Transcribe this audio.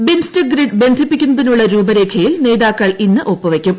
BIMSTEC grid ബന്ധിപ്പിക്കുന്നതിനുള്ള രൂപരേഖയിൽ നേതാക്കൾ ഇന്ന് ഒപ്പുവയ്ക്കും